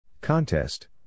Contest